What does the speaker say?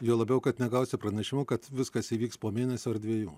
juo labiau kad negausi pranešimų kad viskas įvyks po mėnesio ar dviejų